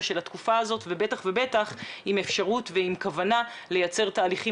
של התקופה הזאת ובטח ובטח עם אפשרות ועם כוונה לייצר תהליכים